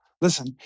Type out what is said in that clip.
Listen